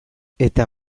eta